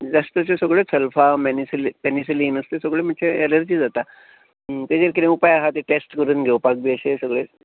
जास्तश्यो सगळ्योच सेल्फा मेनिफिलीन पेनिसिलीन असल्यो सगळ्यो म्हणजे एलरजी जाता तेजेर कितें उपाय आहा टेस्ट करून बी घेवपाक अशें सगळें